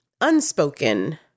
unspoken